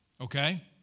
okay